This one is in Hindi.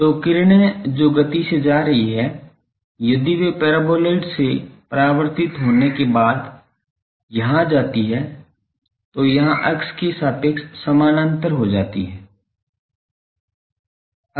तो किरणें जो गति से जा रही हैं यदि वे पैराबोलॉइड से परावर्तित होने के बाद यहाँ जाती हैं तो यहाँ अक्ष के सापेक्ष समानांतर हो जाती हैं